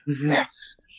Yes